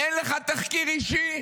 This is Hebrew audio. אין לך תחקיר אישי?